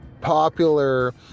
popular